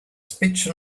speech